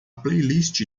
playlist